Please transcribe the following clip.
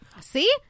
See